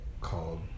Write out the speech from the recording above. called